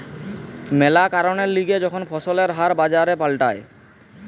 ম্যালা কারণের লিগে যখন ফসলের হার বাজারে পাল্টায়